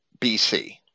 BC